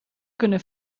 kunnen